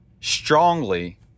strongly